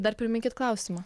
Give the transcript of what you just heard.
dar priminkit klausimą